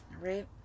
right